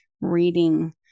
reading